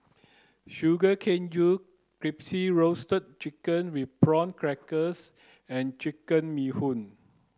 sugar cane juice crispy roasted chicken with prawn crackers and chicken bee hoon